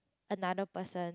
another person